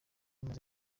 maze